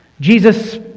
Jesus